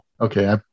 okay